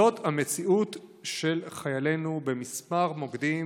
זאת המציאות של חיילינו בכמה מוקדים